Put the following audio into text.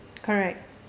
correct